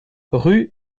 rue